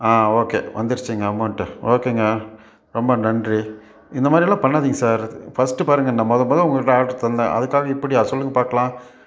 ஆ okay வந்துருச்சிங்க amount ஓகேங்க ரொம்ப நன்றி இந்தமாதிரிலாம் பண்ணாதீங்க சார் ஃபஸ்ட்டு பாருங்க நான் மொதமொதல் உங்கக்கிட்ட ஆட்ரு தந்தேன் அதுக்காக இப்படியா சொல்லுங்க பாக்கலாம்